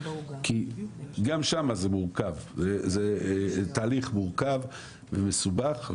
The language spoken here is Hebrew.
כי גם שם זה תהליך מורכב ומסובך,